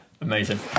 amazing